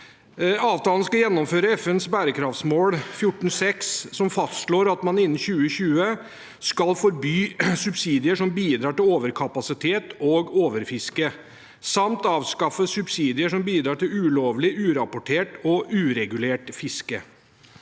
Avtalen skal gjennomføre FNs bærekraftsmål 14.6, som fastslår at man innen 2020 skal forby subsidier som bidrar til overkapasitet og overfiske samt avskaffe subsidier som bidrar til ulovlig, urapportert og uregulert fiske.